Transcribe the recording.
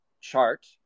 chart